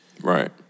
Right